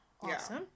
awesome